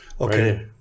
Okay